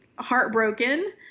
Heartbroken